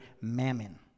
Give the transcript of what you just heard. mammon